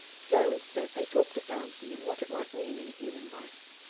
so, instead, they talked of dancing and what it might mean in a human life.